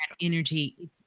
energy